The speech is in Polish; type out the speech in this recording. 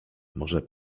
może